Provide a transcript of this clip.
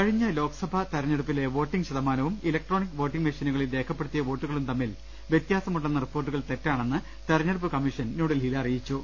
കഴിഞ്ഞ ലോക്സഭാ തെർഞ്ഞെടുപ്പിലെ വോട്ടിംഗ് ശത മാനവും ഇലക്ട്രോണിക് വോട്ടിംഗ് മെഷീനുകളിൽ രേഖ പ്പെടുത്തിയ വോട്ടുകളും തമ്മിൽ വ്യത്യാസമുണ്ടെന്ന റിപ്പോർട്ടുകൾ തെറ്റാണെന്ന് തെരഞ്ഞെടുപ്പ് കമ്മീഷൻ ന്യൂഡൽഹിയിൽ അറിയിച്ചു